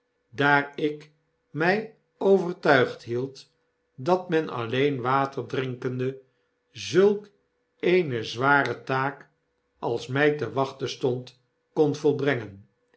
daar ik mij overtuigd hield dat men alieen water drinkende zulk eene zware taak als mij te wachten stond kon volbrengen